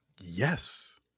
Yes